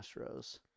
astros